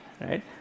right